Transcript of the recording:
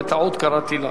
בטעות קראתי לו.